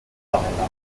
verheiratet